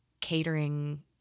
catering